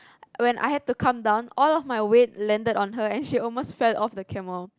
when I had to come down all of my weight landed on her and the almost fell off the camel